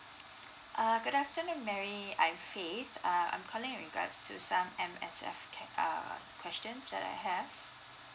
err good afternoon mary I'm faith err I'm calling with regards to some M_S_F ca~ err questions that I have